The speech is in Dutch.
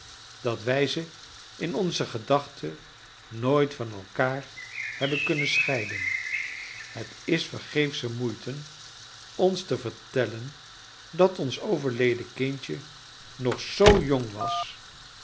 dat wij ze in onze gedachten nooit van elkaar hebben kunnen scheiden het is vergeefsche moeite oris te vertellen dat ons overleden kindje nog zoo jong was